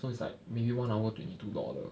so it's like maybe one hour twenty two dollar